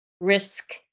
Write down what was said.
risk